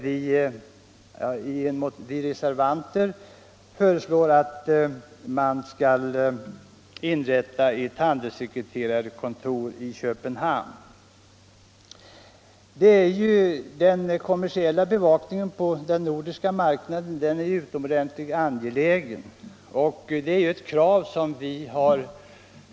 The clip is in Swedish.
Vi reservanter föreslår att man skall inrätta ett handelssekreterarkontor i Köpenhamn. Det är ett krav som vi från folkpartiet och centern har fört fram till riksdagen under ett flertal år.